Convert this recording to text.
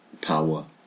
power